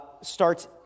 starts